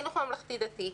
החינוך המלכתי-דתי,